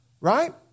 right